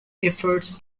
efforts